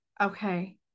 okay